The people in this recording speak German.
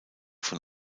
von